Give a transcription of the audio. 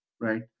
right